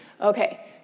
Okay